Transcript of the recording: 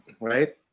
right